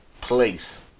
place